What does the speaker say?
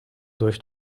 durch